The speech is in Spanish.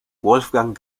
wolfgang